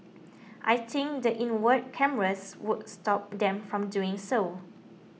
I think the inward cameras would stop them from doing so